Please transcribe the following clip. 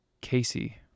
Casey